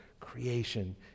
creation